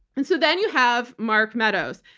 and so then you have mark meadows,